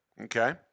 Okay